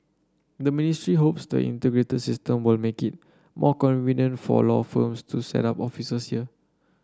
the ministry hopes the integrated system will make it more convenient for law firms to set up offices here